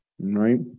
right